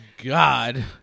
God